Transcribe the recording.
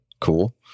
cool